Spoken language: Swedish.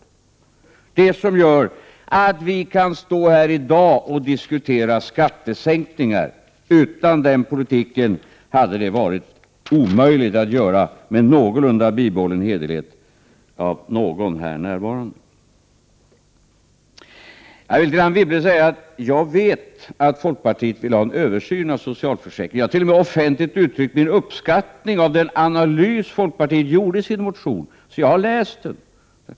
Det är det som gör att vi kan stå här i dag och diskutera skattesänkningar. Utan den politiken hade det inte varit möjligt för någon här närvarande att göra det med någorlunda bibehållen hederlighet. Jag vill till Anne Wibble säga att jag vet att folkpartiet vill ha en översyn av socialförsäkringen. Jag har t.o.m. offentligt uttryckt min uppskattning av den analys folkpartiet gjorde i sin motion — så jag har läst den.